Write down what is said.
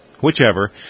Whichever